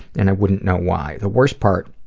and i wouldn't know why. the worst part,